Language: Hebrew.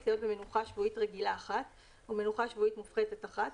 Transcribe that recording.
להיות במנוחה שבועית רגילה אחת ומנוחה שבועית מופחתת אחת,